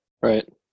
right